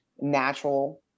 natural